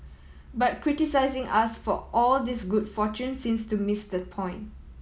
but criticising us for all this good fortune seems to miss the point